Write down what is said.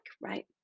right